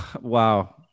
Wow